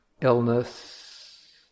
illness